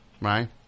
right